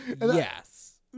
Yes